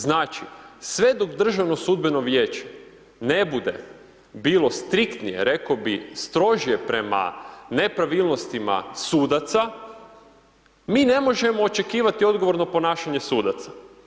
Znači, sve dok Državno sudbeno vijeće ne bude bilo striktnije, reko bi strožije prema nepravilnostima sudaca, mi ne možemo očekivati odgovorno ponašanje sudaca.